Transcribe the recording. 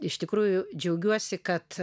iš tikrųjų džiaugiuosi kad